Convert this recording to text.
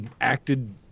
acted